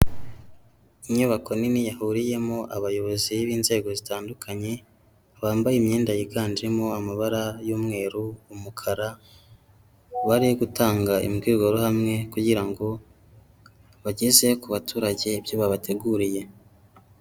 Inyubako nini yahuriyemo abayobozi b'inzego zitandukanye, bambaye imyenda yiganjemo amabara y'umweru, umukara bari gutanga imbwirwa ruhamwe kugira ngo bageze ku baturage ibyo babateguriye.